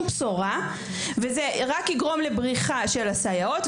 בשורה וזה רק יגרום לבריחה של סייעות.